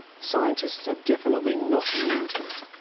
scientists are definitely not immune to it.